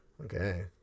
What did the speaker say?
Okay